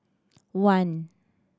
one